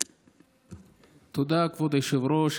תודה, כבוד היושב-ראש.